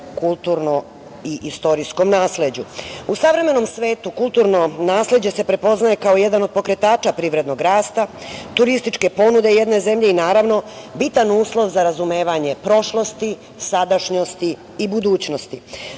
kulturnom i istorijskom nasleđu.U savremenom svetu kulturno nasleđe se prepoznaje kao jedan od pokretača privrednog rasta, turističke ponude jedne zemlje i naravno bitan uslov za razumevanje prošlosti, sadašnjosti i budućnosti. Zato